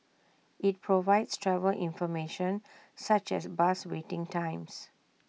IT provides travel information such as bus waiting times